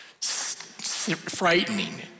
frightening